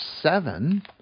seven –